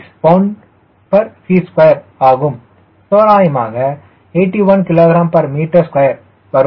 6 lbft2 ஆகும் தோராயமாக 81 kgm2 வரும்